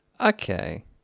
Okay